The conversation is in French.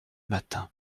matin